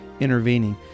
intervening